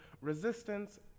resistance